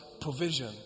provision